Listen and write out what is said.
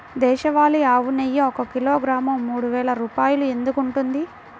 దేశవాళీ ఆవు నెయ్యి ఒక కిలోగ్రాము మూడు వేలు రూపాయలు ఎందుకు ఉంటుంది?